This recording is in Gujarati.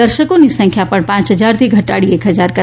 દર્શકોની સંખ્યા પણ પાંચ હજારથી ઘટાડી એક હજાર કરાઇ છે